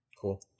Cool